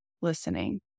listening